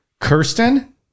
Kirsten